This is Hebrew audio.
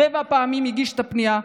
שבע פעמים הוא הגיש את הפנייה,